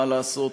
מה לעשות,